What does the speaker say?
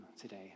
today